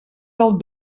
del